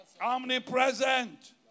Omnipresent